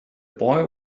boy